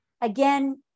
again